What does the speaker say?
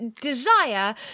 desire